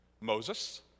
Moses